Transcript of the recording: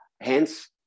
hence